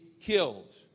killed